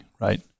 right